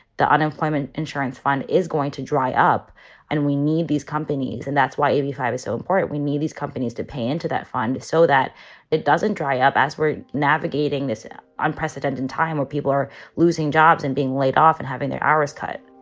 the unemployment insurance fund is going to dry up and we need these companies. and that's why every five is so important. we need these companies to pay into that fund so that it doesn't dry up as we're navigating this unprecedented time where people are losing jobs and being laid off and having their hours cut